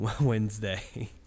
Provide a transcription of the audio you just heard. Wednesday